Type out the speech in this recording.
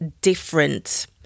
different